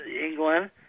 England